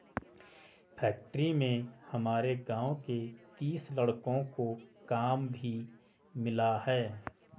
factory में हमारे गांव के तीस लड़कों को काम भी मिला है